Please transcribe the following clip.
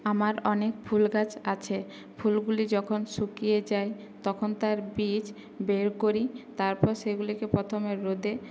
আমার অনেক ফুলগাছ আছে ফুলগুলি যখন শুকিয়ে যায় তখন তার বীজ বের করি তারপর সেগুলিকে প্রথমে রোদে